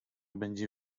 będzie